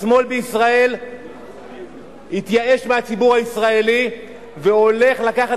השמאל בישראל התייאש מהציבור הישראלי והולך לקחת